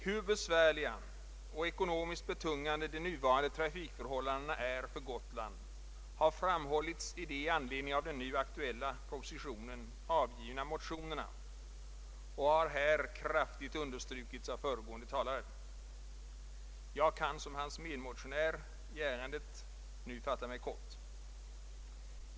Hur besvärliga och ekonomiskt betungande de nuvarande trafikförhållandena är för Gotland har framhållits i de med anledning av den nu aktuella propositionen avgivna motionerna och har här kraftigt understrukits av föregående talare. Jag kan som hans medmotionär i ärendet fatta mig kort.